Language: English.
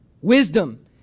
wisdom